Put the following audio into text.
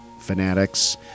fanatics